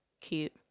cute